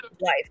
life